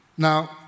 Now